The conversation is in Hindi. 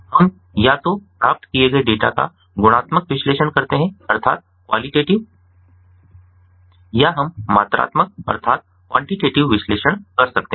हम या तो प्राप्त किए गए डेटा पर गुणात्मक विश्लेषण कर सकते हैं या हम मात्रात्मक विश्लेषण कर सकते हैं